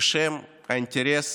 בשם האינטרס